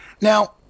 Now